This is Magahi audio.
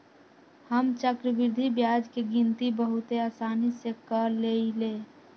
हम चक्रवृद्धि ब्याज के गिनति बहुते असानी से क लेईले